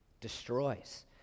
destroys